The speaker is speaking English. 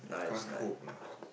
can't cope lah